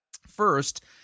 First